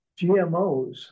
GMOs